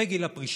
אחרי גיל הפרישה.